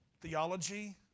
theology